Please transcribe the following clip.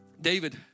David